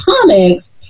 comics